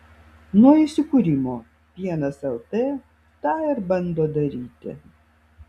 nuo įsikūrimo pienas lt tą ir bando daryti